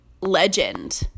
legend